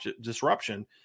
disruption